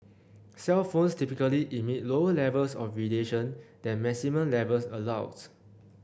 cellphones typically emit lower levels of radiation than maximum levels allowed